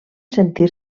sentir